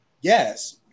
yes